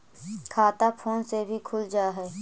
खाता फोन से भी खुल जाहै?